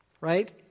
right